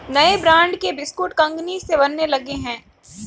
नए ब्रांड के बिस्कुट कंगनी से बनने लगे हैं